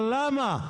אבל למה?